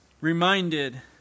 reminded